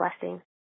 blessing